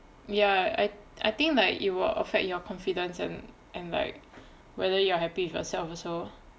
ya I I think like it will affect your confidence and and like whether you are happy with yourself also